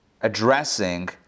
addressing